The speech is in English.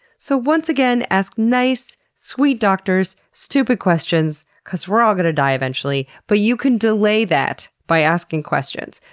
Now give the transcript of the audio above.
so once again, ask nice, sweet doctors stupid questions, because we're all going to die eventually, but you can delay that by asking questions.